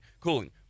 cooling